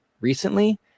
recently